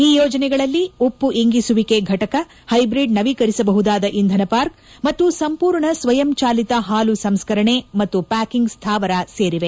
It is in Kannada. ಈ ಯೋಜನೆಗಳಲ್ಲಿ ಉಪ್ಪು ಇಂಗಿಸುವಿಕೆ ಫಟಕ ಹೈಬ್ರಿಡ್ ನವೀಕರಿಸಬಹುದಾದ ಇಂಧನ ಪಾರ್ಕ್ ಮತ್ತು ಸಂಪೂರ್ಣ ಸ್ವಯಂಚಾಲಿತ ಹಾಲು ಸಂಸ್ಕರಣೆ ಮತ್ತು ಪ್ಯಾಕಿಂಗ್ ಸ್ಥಾವರ ಸೇರಿವೆ